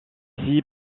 ainsi